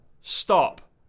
Stop